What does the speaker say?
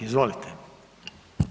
Izvolite.